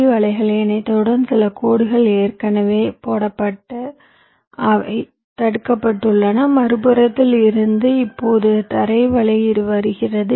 D வலைகளை இணைத்தவுடன் சில கோடுகள் ஏற்கனவே போடப்பட்டு அவை தடுக்கப்பட்டுள்ளன மறுபக்கத்தில் இருந்து இப்போது தரை வலை வருகிறது